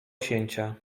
księcia